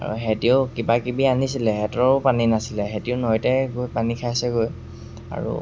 আৰু সিহঁতিও কিবাকিবি আনিছিলে সিহঁতৰো পানী নাছিলে সিহঁতিও নৈতে গৈ পানী খাইছেগৈ আৰু